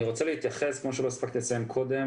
אני רוצה להתייחס מה שלא הספקתי לסיים קודם